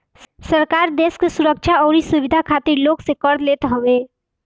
सरकार देस के सुरक्षा अउरी सुविधा खातिर लोग से कर लेत हवे